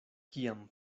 kiam